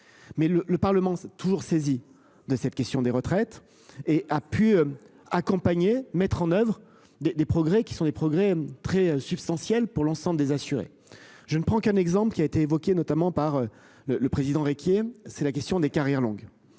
Mais le le Parlement toujours saisi de cette question des retraites et a pu accompagner, mettre en oeuvre des, des progrès qui sont des progrès très substantiels pour l'ensemble des assurés. Je ne prends qu'un exemple qui a été évoquée, notamment par. Le président et qui est, c'est la question des carrières longues.